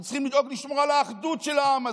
אנחנו צריכים לדאוג לשמור על האחדות של העם.